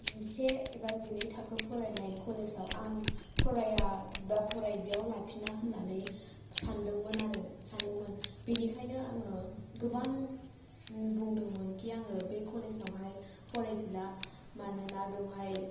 जिसे बा जिनै थाखो फरायनाय कलेजाव आं फराया बा बेयाव लाफिना होननानै सानदोंमोन आरो सानदोंमोन बेनिखायनो आङो गोबां बुंदोंमोनखि आङो बे कलेजावहाय फरायफिनला मानोना बेवहाय